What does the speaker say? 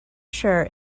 sure